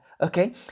Okay